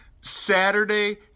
Saturday